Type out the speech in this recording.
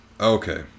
Okay